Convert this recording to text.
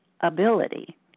ability